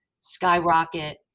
skyrocket